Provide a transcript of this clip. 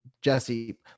Jesse